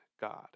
God